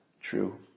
true